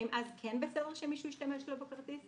האם אז כן --- שמישהו השתמש לו בכרטיס?